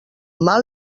mal